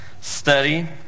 study